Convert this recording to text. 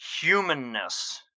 humanness